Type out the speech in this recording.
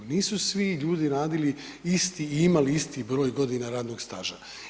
Nisu svi ljudi radili isti i imali isti broj godina radnog staža.